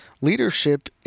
Leadership